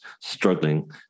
struggling